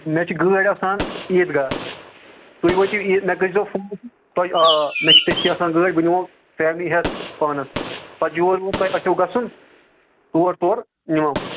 مےٚ چھِ گٲڑۍ آسان عیٖدگاہ تُہۍ وٲتِو عیٖد مےٚ کٔرزیو فون تۄہہِ آ مےٚ چھِ تٔتھی آسان گٲڑۍ بہٕ نِمو فیملی ہٮ۪تھ پانَس سۭتۍ پَتہٕ یور یور تۄہہِ اَسٮ۪و گژھُن تور تور نِمو بہٕ